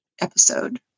episode